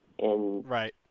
Right